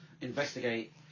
investigate